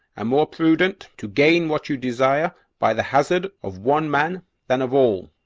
and more prudent, to gain what you desire by the hazard of one man than of all.